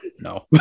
no